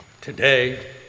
today